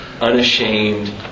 unashamed